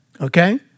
Okay